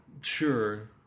Sure